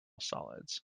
solids